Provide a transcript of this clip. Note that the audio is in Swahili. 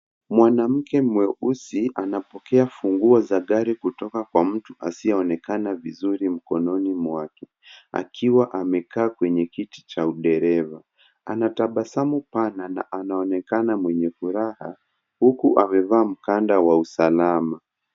Mwanamke mweusi anapokea funguo za gari kutoka kwa mtu asiyeonekana vizuri mkononi mwake, akiwa amekaa kwenye kiti cha udereva. Ana tabasamu pana na anaonekana mwenye furaha, huku amevaa mkanda wa usalama.